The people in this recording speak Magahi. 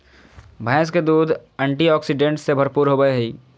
भैंस के दूध एंटीऑक्सीडेंट्स से भरपूर होबय हइ